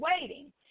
waiting